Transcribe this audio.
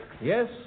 Yes